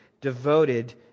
devoted